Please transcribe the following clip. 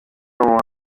umuntu